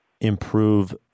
improve